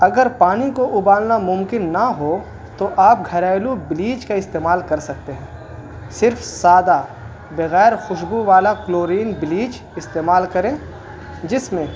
اگر پانی کو ابالنا ممکن نہ ہو تو آپ گھریلو بلیچ کا استعمال کر سکتے ہیں صرف سادہ بغیر خوشبو والا کلورن بلیچ استعمال کریں جس میں